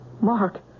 Mark